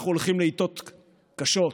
אנחנו הולכים לעיתות קשות.